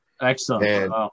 Excellent